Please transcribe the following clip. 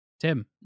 Tim